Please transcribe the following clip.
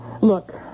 Look